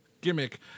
gimmick